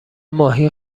ماهی